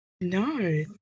No